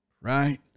right